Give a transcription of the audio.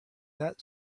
that